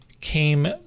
came